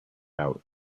out